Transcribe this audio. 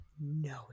No